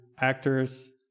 actors